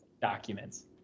documents